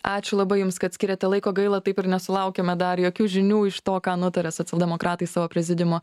ačiū labai jums kad skyrėte laiko gaila taip ir nesulaukėme dar jokių žinių iš to ką nutarė socialdemokratai savo prezidiumo